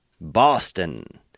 Boston